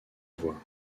voix